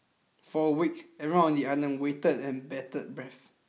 for a week everyone on the island waited and bated breath